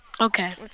Okay